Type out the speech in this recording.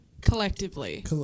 collectively